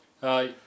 Hi